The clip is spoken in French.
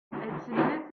est